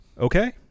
Okay